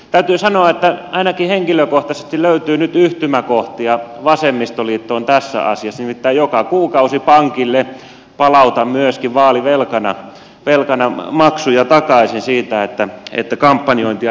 täytyy sanoa että ainakin henkilökohtaisesti löytyy nyt yhtymäkohtia vasemmistoliittoon tässä asiassa nimittäin joka kuukausi pankille palautan myöskin vaalivelkana maksuja takaisin siitä että kampanjointia pystyin käymään